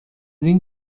این